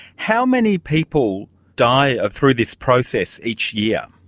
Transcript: how many people die ah through this process each year?